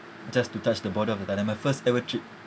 just to touch the border of the first ever trip